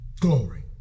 Glory